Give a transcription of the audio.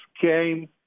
came